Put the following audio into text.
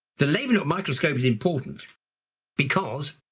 the leeuwenhoek microscope is important because